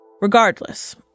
Regardless